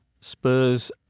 Spurs